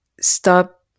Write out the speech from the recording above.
stop